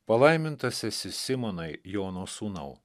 palaimintas esi simonai jono sūnau